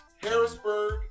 Harrisburg